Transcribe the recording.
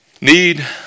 Need